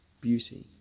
Beauty